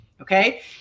Okay